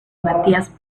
matías